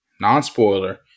non-spoiler